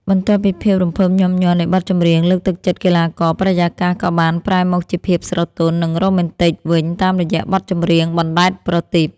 បន្ទាប់ពីភាពរំភើបញាប់ញ័រនៃបទចម្រៀងលើកទឹកចិត្តកីឡាករ បរិយាកាសក៏បានប្រែមកជាភាពស្រទន់ និងរ៉ូមែនទិកវិញតាមរយៈបទចម្រៀង បណ្តែតប្រទីប។